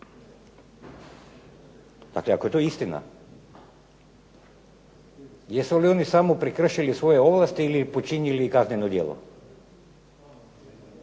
dakle ako je to istina jesu li oni samo prekršili svoje ovlasti ili počinili i kazneno djelo?